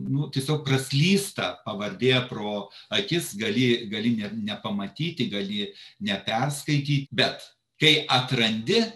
nu tiesiog praslysta pavardė pro akis gali gali net nepamatyti gali neperskaityt bet kai atrandi